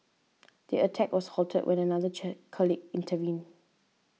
the attack was halted when another colleague intervened